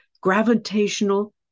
gravitational